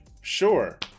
sure